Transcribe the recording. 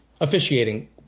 officiating